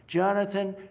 jonathan,